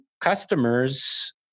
customers